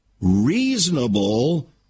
reasonable